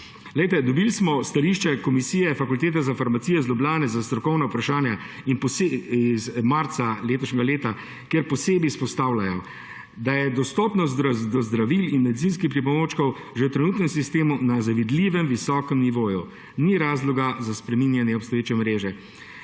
dobili smo stališče komisije Fakultete za farmacijo iz Ljubljane za strokovna vprašanja in iz marca letošnjega leta, kjer posebej izpostavljajo, da je dostopnost do zdravil in medicinskih pripomočkov že v trenutnem sistemu na zavidljivo visokem nivoju, ni razloga za spreminjanje obstoječe mreže.